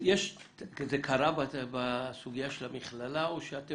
זה קרה בסוגיה של המכללה או שאתם